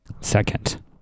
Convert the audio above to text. Second